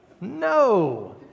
No